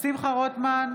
שמחה רוטמן,